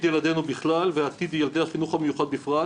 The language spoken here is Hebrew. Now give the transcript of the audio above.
ילדינו בכלל ועתיד ילדי החינוך המיוחד בפרט,